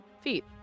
feet